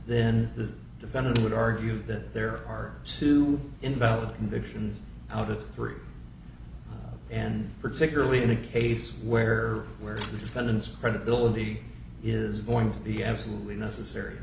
then the defendant would argue that there are two invalid convictions out of three and particularly in a case where where the defendant's credibility is going to be absolutely necessary